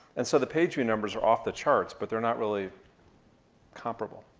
and so the page view numbers are off the charts, but they're not really comparable.